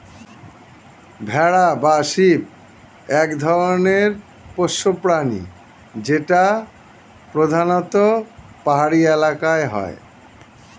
ভেড়া বা শিপ এক ধরনের পোষ্য প্রাণী যেটা প্রধানত পাহাড়ি এলাকায় হয়